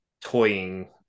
toying